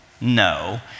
No